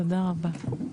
תודה רבה.